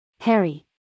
Harry